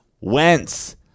Wentz